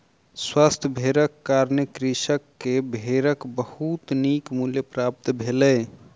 स्वस्थ भेड़क कारणें कृषक के भेड़क बहुत नीक मूल्य प्राप्त भेलै